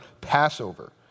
Passover